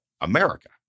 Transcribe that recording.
America